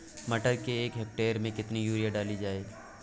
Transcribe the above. मटर के एक हेक्टेयर में कितनी यूरिया डाली जाए?